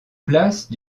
place